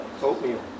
oatmeal